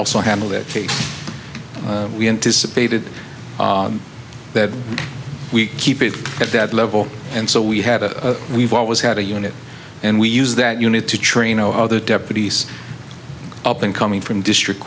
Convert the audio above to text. also handle that case we anticipated that we keep it at that level and so we had a we've always had a unit and we use that unit to train no other deputies up and coming from district